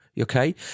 okay